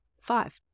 five